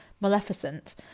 Maleficent